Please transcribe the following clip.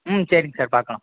ம் சரிங்க சார் பார்க்கலாம்